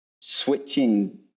switching